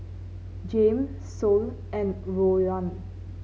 Jame Sol and Rowan